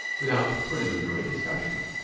without preliminary discussion.